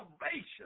salvation